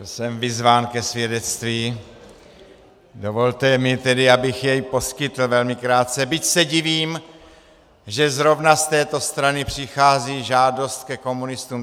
Byl jsem vyzván ke svědectví, dovolte mi tedy, abych jej poskytl velmi krátce, byť se divím, že zrovna z této strany přichází žádost ke komunistům.